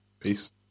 Peace